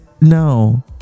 no